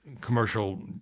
commercial